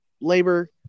labor